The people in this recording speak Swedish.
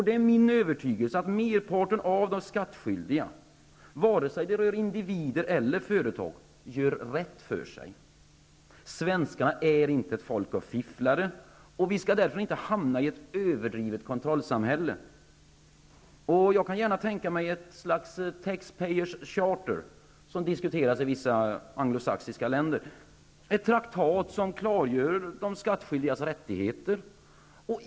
Det är min övertygelse att merparten av de skattskyldiga, vare sig det rör individer eller företag, gör rätt för sig. Svenskarna är inte ett folk av fifflare. Vi skall därför inte hamna i ett överdrivet kontrollsamhälle. Jag kan gärna tänka mig ett slags ''taxpayers charter'', som diskuteras i vissa anglosaxiska länder -- en traktat som klargör de skattskyldigas rättigheter.